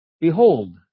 behold